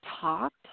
talked